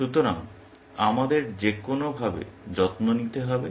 সুতরাং আমাদের যে কোনোভাবে যত্ন নিতে হবে